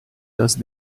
those